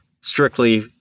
strictly